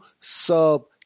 sub